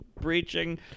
breaching